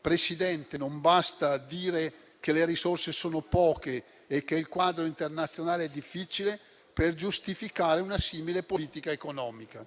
Presidente, non basta dire infatti che le risorse sono poche e che il quadro internazionale è difficile per giustificare una simile politica economica.